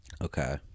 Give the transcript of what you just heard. Okay